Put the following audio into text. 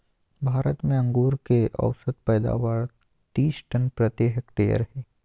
भारत में अंगूर के औसत पैदावार तीस टन प्रति हेक्टेयर हइ